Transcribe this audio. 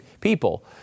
people